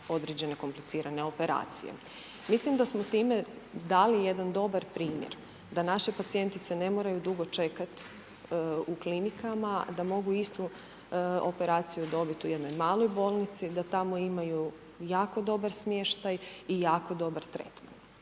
određene komplicirane operacije. Mislim da smo time dali jedan dobar primjer da naše pacijentice ne moraju dugo čekat u klinikama, da mogu istu operaciju dobit u jednoj maloj bolnici, da tamo imaju jako dobar smještaj i jako dobar tretman.